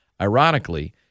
Ironically